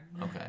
Okay